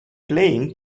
playing